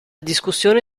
discussione